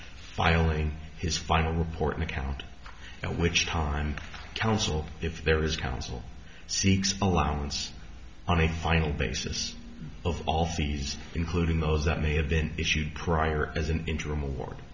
filing his final report an account and which time counsel if there is counsel seeks allowance on a final basis of all fees including those that may have been issued prior as an interim award